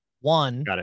one